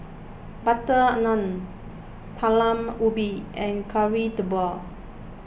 Butter Naan Talam Ubi and Kari Debal